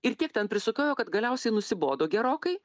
ir tiek ten prisukiojo kad galiausiai nusibodo gerokai